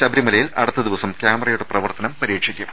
ശബരിമലയിൽ അടുത്ത് ദിവസം ക്യാമറയുടെ പ്രവർത്തനം പരീക്ഷിക്കും